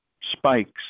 spikes